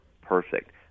Perfect